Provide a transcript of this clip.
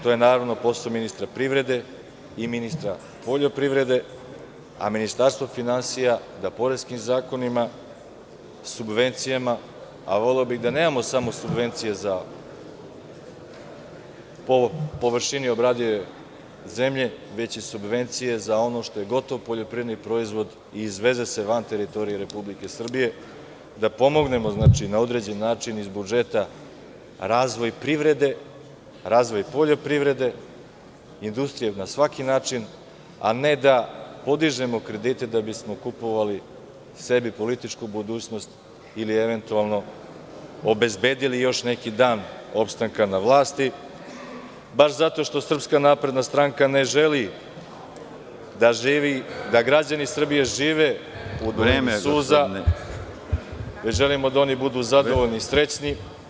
To je, naravno, posao ministra privrede i ministra poljoprivrede, a Ministarstvo finansija da poreskim zakonima, subvencijama, a voleo bih da nemamo samo subvencije po površini obradive zemlje, već i subvencije za ono što je gotov poljoprivredni proizvod i izveze se van teritorije Republike Srbije, da pomognemo na određen način iz budžeta razvoj privrede, razvoj poljoprivrede, industrije na svaki način, a ne da podižemo kredite da bismo kupovali sebi političku budućnost ili eventualno obezbedili još neki dan opstanka na vlasti, baš zato što SNS ne želi dAAa građani Srbije žive u vreme suza, već želimo da oni budu zadovoljni i srećni.